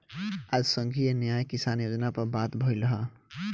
आज संघीय न्याय किसान योजना पर बात भईल ह